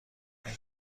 این